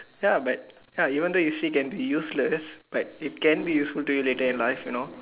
ya but ya even though you said can be useless but it can be useful to you later in life you know